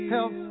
Help